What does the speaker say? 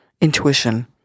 intuition